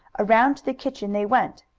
around to the kitchen they went,